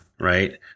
Right